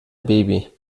baby